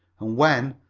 and when,